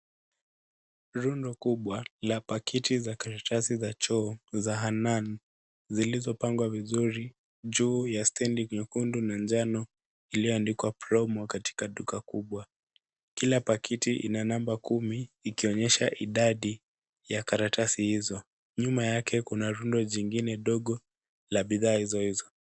Rundo kubwa la pakiti la karatasi za choo za Hanaan zilizopangwa vizuri juu ya stendi nyekundu na njano iliyoandikwa promo katika duka kubwa. Kila pakiti ina namba kumi ikionyesha idadi ya karatasi hizo. Nyuma yake kuna rundo jingine dogo la bidhaa hizo hizo.